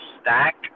stack